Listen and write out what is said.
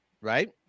right